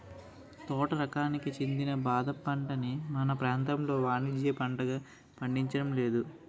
తోట రకానికి చెందిన బాదం పంటని మన ప్రాంతంలో వానిజ్య పంటగా పండించడం లేదు